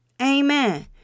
Amen